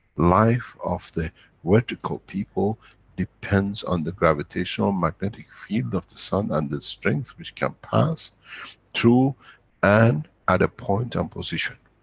life of the vertical people depends on the gravitation-magnetic field of the sun and the strength which can pass through and at a point and position.